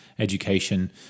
Education